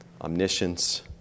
omniscience